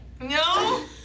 No